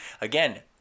again